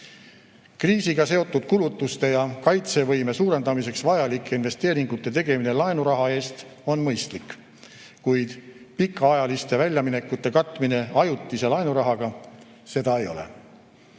Kriisiga seotud kulutuste ja kaitsevõime suurendamiseks vajalike investeeringute tegemine laenuraha eest on mõistlik, kuid pikaajaliste väljaminekute katmine ajutise laenurahaga seda ei ole.